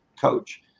coach